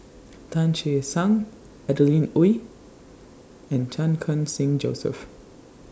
Tan Che Sang Adeline Ooi and Chan Khun Sing Joseph